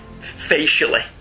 facially